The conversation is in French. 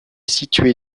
situé